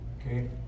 Okay